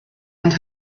and